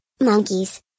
monkeys